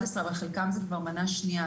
חלקם זה כבר מנה שנייה.